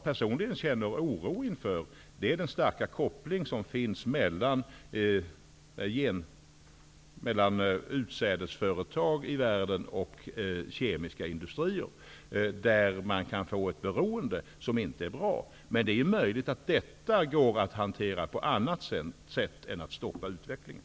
Personligen känner jag oro inför den starka koppling som finns mellan utsädesföretag i världen och kemiska industrier. Det kan bli ett beroende som inte är bra. Men det är möjligt att man kan hantera det på något annat sätt än genom att stoppa utvecklingen.